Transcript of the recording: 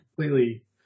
completely